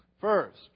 First